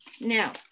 Now